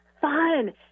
fun